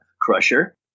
Crusher